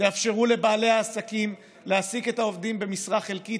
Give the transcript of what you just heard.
תאפשרו לבעלי העסקים להעסיק את העובדים במשרה חלקית,